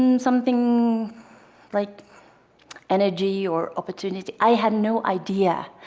um something like energy or opportunity. i had no idea.